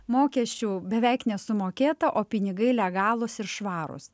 mokesčių beveik nesumokėta o pinigai legalūs ir švarūs